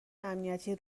امنیتی